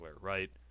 right